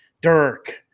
Dirk